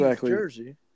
jersey